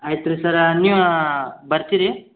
ಐತ್ರಿ ಸರಾ ನೀವಾ ಬರ್ತೀರಿ